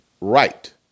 right